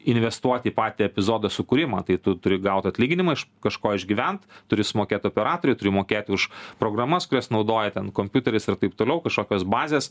investuot į patį epizodo sukūrimą tai tu turi gaut atlyginimą iš kažko išgyvent turi sumokėt operatoriui turi mokėti už programas kurias naudoja ten kompiuteris ir taip toliau kažkokios bazės